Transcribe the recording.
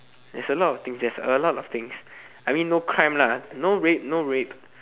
there's a lot of things there's a lot of things I mean no crime lah no rape no rape